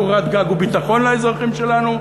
לקורת גג ולביטחון לאזרחים שלנו,